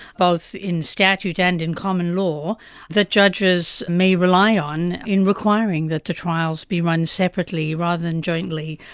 both in statute and in common law, that judges may rely on in requiring that the trials be run separately rather than jointly,